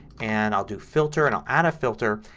and i'll do filter and i'll add a filter.